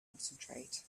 concentrate